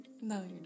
no